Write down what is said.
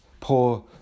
poor